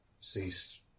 ceased